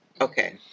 Okay